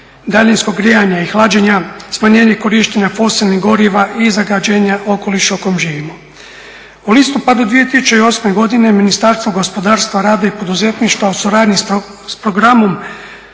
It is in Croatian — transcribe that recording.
daljinskog grijanja i hlađenja, smanjenje korištenja fosilnih goriva i zagađenja okoliša u kojem živimo. U listopadu 2008.godine Ministarstvo gospodarstva, rada i poduzetništva u suradnju s Programom